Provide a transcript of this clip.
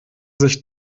sich